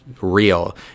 real